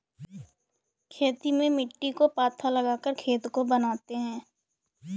खेती में मिट्टी को पाथा लगाकर खेत को बनाते हैं?